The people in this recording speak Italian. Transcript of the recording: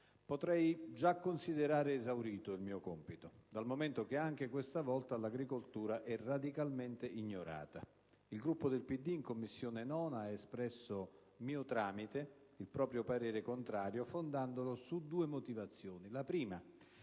Potrei già considerare esaurito il mio compito, dal momento che anche questa volta l'agricoltura è radicalmente ignorata. Il Gruppo del PD in 9a Commissione ha espresso, mio tramite, il proprio orientamento contrario, fondandolo su due motivazioni: